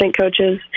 coaches